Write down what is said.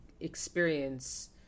experience